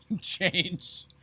change